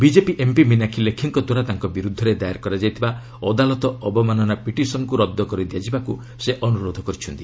BJP MP Minakshi ଲେଖିଙ୍କ ଦ୍ୱାରା ତାଙ୍କ ବିରୁଦ୍ଧରେ ଦାଏର କରାଯାଇଥିବା ଅଦାଲତ ଅବମାନନା ପିଟିସନ୍କୁ ରଦ୍ଦ କରି ଦିଆଯିବାକୁ ସେ ଅନୁରୋଧ କରିଛନ୍ତି